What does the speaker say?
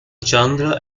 chandra